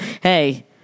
hey